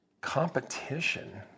Competition